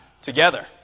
together